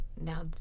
Now